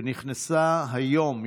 שנכנסה לתוקפה היום,